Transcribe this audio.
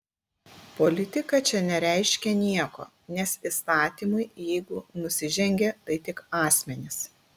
politika čia nereiškia nieko nes įstatymui jeigu nusižengė tai tik asmenys